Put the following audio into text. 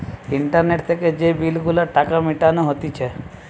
internet থেকে যে bill গুলার টাকা মিটানো হতিছে